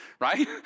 right